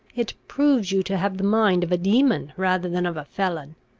it proves you to have the mind of a demon, rather than of a felon.